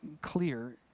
clear